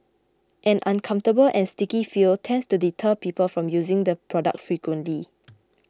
an uncomfortable and sticky feel tends to deter people from using the product frequently